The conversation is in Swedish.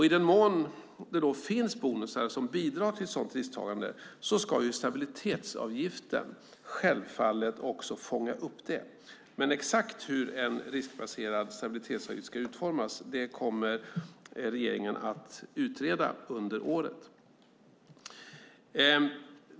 I den mån det finns bonusar som bidrar till ett sådant risktagande ska stabilitetsavgiften självfallet fånga upp det. Men exakt hur en riskbaserad stabilitetsavgift ska utformas kommer regeringen att utreda under året.